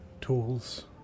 tools